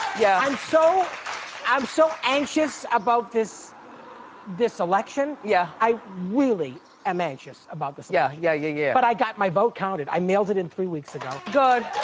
yeah. i'm so um so anxious about this this election. yeah? i really am anxious about this election. yeah, yeah yeah yeah. but i got my vote counted, i mailed it in three weeks ago. good.